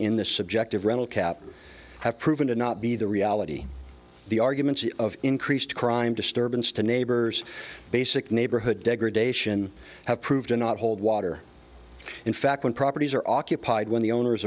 in this subjective rental cap have proven to not be the reality the arguments of increased crime disturbance to neighbors basic neighborhood degradation have proved to not hold water in fact when properties are occupied when the owners